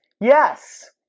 Yes